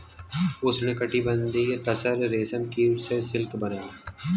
उष्णकटिबंधीय तसर रेशम कीट से सिल्क बनला